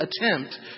attempt